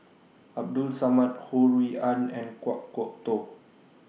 Abdul Samad Ho Rui An and Kan Kwok Toh